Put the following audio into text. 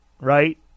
right